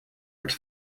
wordt